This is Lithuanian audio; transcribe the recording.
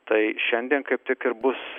tai šiandien kaip tik ir bus